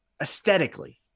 aesthetically